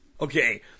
Okay